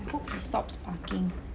I hope he stops barking